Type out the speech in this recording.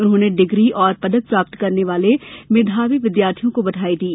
उन्होंने डिग्री एवं पदक प्राप्त करने वाले मेधावी विद्यार्थियों को बधाई दी